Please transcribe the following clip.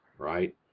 Right